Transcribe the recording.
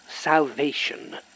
salvation